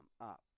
up